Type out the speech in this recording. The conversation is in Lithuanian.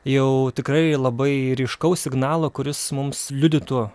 jau tikrai labai ryškaus signalo kuris mums liudytų